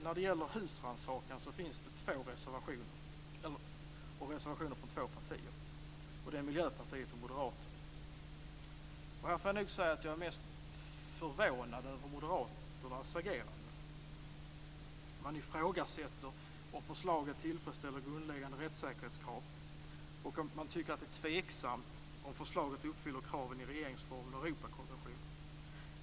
När det gäller husrannsakan finns det reservationer från två partier, nämligen Miljöpartiet och Moderaterna. Här är jag nog mest förvånad över Moderaternas agerande. De ifrågasätter om förslaget uppfyller grundläggande rättssäkerhetskrav, och de tycker att det är tveksamt om förslaget uppfyller kraven i regeringsformen och Europakonventionen.